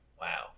wow